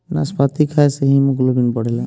नाशपाती खाए से हिमोग्लोबिन बढ़ेला